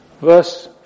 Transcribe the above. Verse